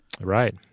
right